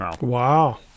Wow